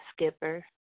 Skipper